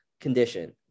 condition